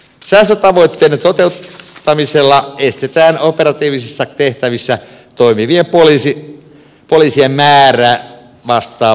säästötavoitteiden toteuttamisella estetään operatiivisissa tehtävissä toimivien poliisien määrää vastaava vähennys